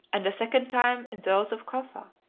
and a second time in those of cufa,